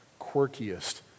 quirkiest